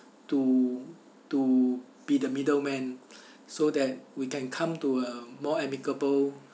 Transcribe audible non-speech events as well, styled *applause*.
to to be the middleman *breath* so that we can come to a more amicable